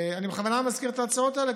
אני בכוונה מזכיר את ההצעות האלה,